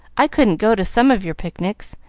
i couldn't go to some of your picnics,